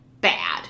bad